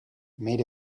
made